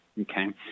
Okay